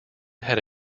had